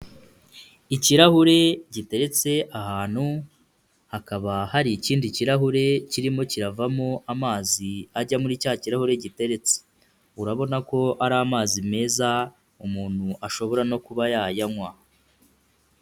Ikirahure giteretse ahantu, hakaba hari ikindi kirahure kirimo kiravamo amazi ajya muri cya kirahure giteretse, urabona ko ari amazi meza umuntu ashobora no kuba yayanywa.